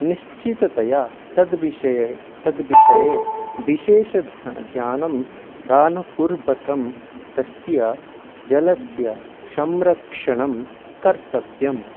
निश्चिततया तद्विषये तद्विषये विशेषं द ध्यानं ध्यानपूर्वकं तस्य जलस्य संरक्षणं कर्तव्यम्